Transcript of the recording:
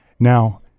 Now